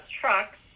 trucks